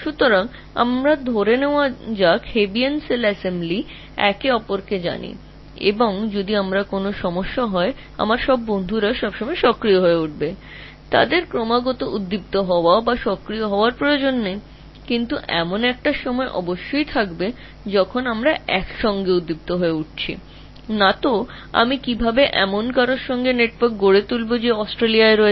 অর্থাৎ আমরা ধর Hebbian cell assembly তে আছি একে অপরকে জানি এবং যদি আমার সমস্যা হয় তবে আমার সমস্ত বন্ধুরা সারাক্ষণ সক্রিয় হয়ে থাকবে তাদের সক্রিয় হওয়ার জন্য ফায়ারিং চালিয়ে যেতে হবে না এবং আমার প্রতি মিনিটও তাই তবে একটা সময় নিশ্চয়ই ছিল যখন আমরা একসাথে ফায়ার করেছি অন্যথায় আমি কীভাবে অস্ট্রেলিয়ায় বাস করা কারও সাথে একটি নেটওয়ার্ক তৈরি করব